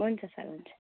हुन्छ सर हुन्छ